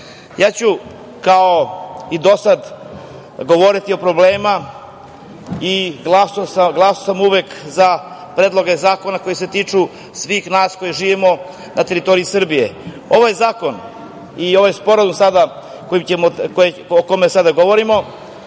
ću govoriti o problemima i glasam uvek za Predloge zakona koji se tiču svih nas koji živimo na teritoriji Srbije. Ovaj zakon i ovaj sporazum o kome sada govorimo